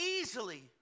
easily